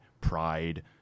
pride